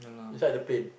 inside the plane